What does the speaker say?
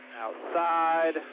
Outside